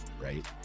right